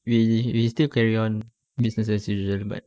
we we still carry on business as usual but